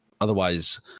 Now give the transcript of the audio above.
otherwise